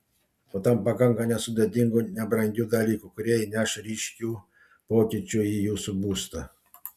o tam pakanka nesudėtingų nebrangių dalykų kurie įneš ryškių pokyčių į jūsų būstą